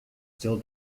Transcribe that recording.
still